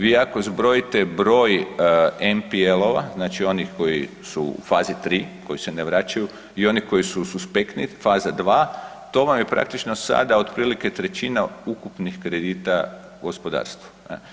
Vi ako zbrojite broj MPL-ova, znači oni koji su fazi 3, koji se ne vraćaju i oni koji su suspektni, faza 2, to vam je praktično sada otprilike 1/3 ukupnih kredita u gospodarstvu.